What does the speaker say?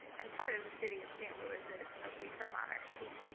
and part of the city of st. louis' milkweeds for monarchs team.